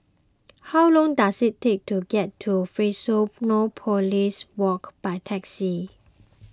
how long does it take to get to Fusionopolis Walk by taxi